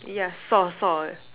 yeah saw saw